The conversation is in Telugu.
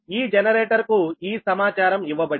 ఈ జనరేటర్ కు ఈ సమాచారం ఇవ్వబడింది